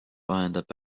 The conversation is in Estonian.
vahendab